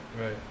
Right